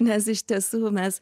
nes iš tiesų mes